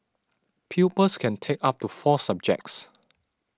pupils can take up to four subjects